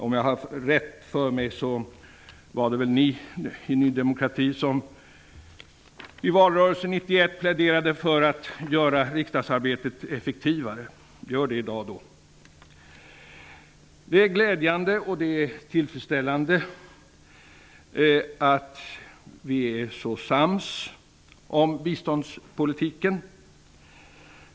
Om jag kommer ihåg rätt var det väl Ny demokrati som i valrörelsen 1991 pläderade för att göra riksdagsarbetet effektivare. Gör det då i dag! Det är glädjande och tillfredsställande att vi är så sams om biståndspolitiken.